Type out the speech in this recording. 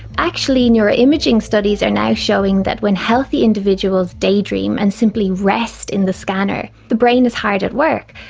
actually neuroimaging studies are now showing that when healthy individuals daydream and simply rest in the scanner, the brain is hard at work.